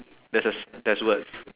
there's a s~ there's word